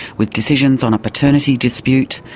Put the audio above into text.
with decisions on a paternity dispute,